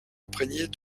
imprégnée